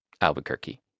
albuquerque